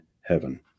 heaven